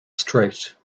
straight